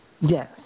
Yes